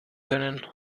können